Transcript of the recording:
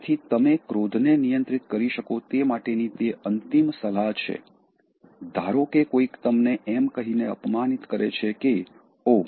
તેથી તમે ક્રોધને નિયંત્રિત કરી શકો તે માટેની તે અંતિમ સલાહ છે ધારોકે કોઈક તમને એમ કહીને અપમાનિત કરે છે કે ઓહ